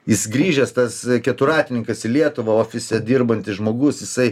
jis grįžęs tas keturratininkas į lietuvą ofise dirbantis žmogus jisai